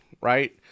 Right